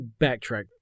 backtrack